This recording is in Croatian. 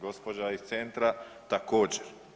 Gospođa iz centra također.